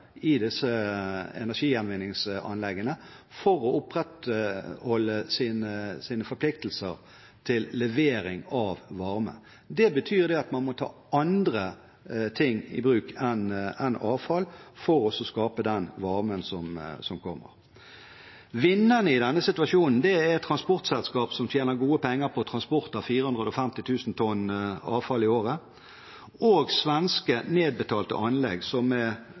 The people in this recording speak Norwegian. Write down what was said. i disse energigjenvinningsanleggene for å opprettholde sine forpliktelser til levering av varme. Det betyr at man må ta andre ting i bruk enn avfall for å skape den varmen som kommer. Vinneren i denne situasjonen er transportselskap, som tjener gode penger på transport av 450 000 tonn avfall i året, og svenske nedbetalte anlegg, som med overkapasitet på 2 millioner tonn er